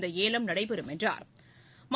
இந்த ஏலம் நடபெறும் என்றா்